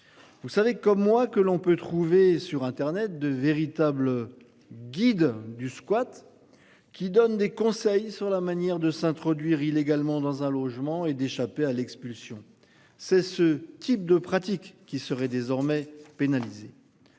Vous savez comme moi que l'on peut trouver sur Internet de véritables guides du squat. Qui donne des conseils sur la manière de s'introduire illégalement dans un logement et d'échapper à l'expulsion. C'est ce type de pratiques qui seraient désormais pénalisée.